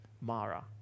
Mara